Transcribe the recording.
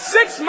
Six